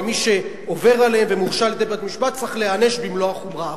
ומי שעובר עליהן ומורשע על-ידי בית-משפט צריך להיענש במלוא החומרה.